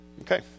Okay